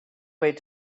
wait